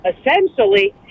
essentially